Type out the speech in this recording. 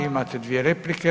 Imate dvije replike.